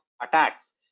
attacks